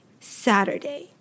Saturday